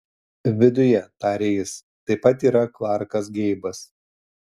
viduje tarė jis taip pat yra klarkas geibas